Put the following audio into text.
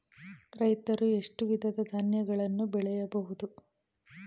ರೈತರು ಎಷ್ಟು ವಿಧದ ಧಾನ್ಯಗಳನ್ನು ಬೆಳೆಯಬಹುದು?